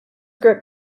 grip